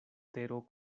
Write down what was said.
tero